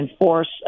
enforce